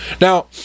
Now